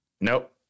Nope